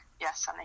Yes